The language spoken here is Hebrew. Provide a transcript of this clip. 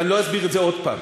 ואני לא אסביר את זה עוד פעם.